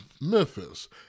Memphis